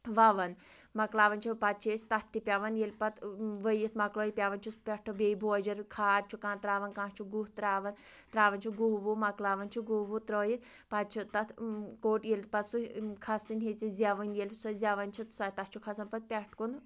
وَوان مۄکلاوان چھِ پَتہٕ چھِ أسۍ تَتھ تہِ پٮ۪وان ییٚلہِ پَتہٕ ؤیِتھ مۄکلٲیِتھ پٮ۪وان چھِس پٮ۪ٹھٕ بیٚیہِ بوجِر کھاد چھُ کانٛہہ ترٛاوان کانٛہہ چھُ گُہہ ترٛاوان ترٛاوان چھِ گُہہ وُہہ مۄکلاوان چھِ گُہہ وُہ ترٛٲیِتھ پَتہٕ چھِ تَتھ کوٚٹ ییٚلہِ پَتہٕ سُہ کھَسٕنۍ ہیٚژِ زٮ۪وٕنۍ ییٚلہٕ سۄ زٮ۪وان چھ سۄ تَتھ چھُ کھسان پَتہٕ پٮ۪ٹھ کُن